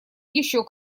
еще